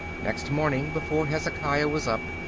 next morning, before hezekiah was up,